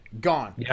gone